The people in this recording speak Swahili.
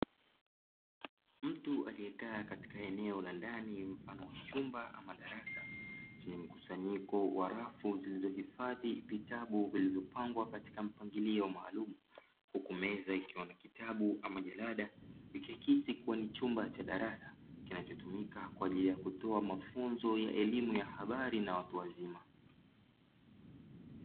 Mtu aliyekaa katika eneo la ndani mfano wa chumba ama darasa chenye mkusanyiko wa rafu zilizohifadhi vitabu vilivyopangwa katika mpangilio maalumu, huku meza ikiwa na kitabu ama jalada ikikisi kuwa ni chumba cha darasa kinachotumika kwa ajili ya kutoa mafunzo ya elimu ya habari na watu wazima.